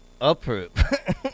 approve